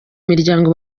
miryango